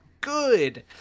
good